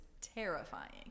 terrifying